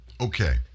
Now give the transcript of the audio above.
okay